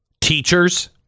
teachers